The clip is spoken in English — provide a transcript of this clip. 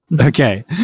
Okay